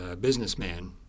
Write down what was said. businessman